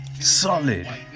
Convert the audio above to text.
solid